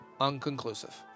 unconclusive